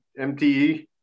MTE